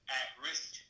at-risk